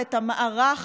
ואת המערך